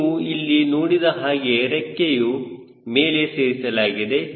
ನೀವು ಇಲ್ಲಿ ನೋಡಿದ ಹಾಗೆ ರೆಕ್ಕೆಯು ಮೇಲೆ ಸೇರಿಸಲಾಗಿದೆ